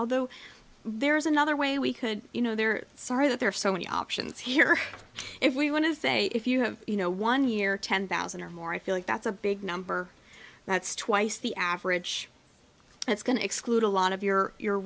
although there is another way we could you know they're sorry that there are so many options here if we want to say if you have you know one year ten thousand or more i feel like that's a big number that's twice the average that's going to exclude a lot of your your